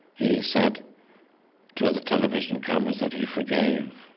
he said to the television cameras that he forgave